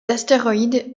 astéroïdes